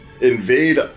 invade